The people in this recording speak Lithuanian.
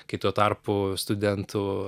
kai tuo tarpu studentų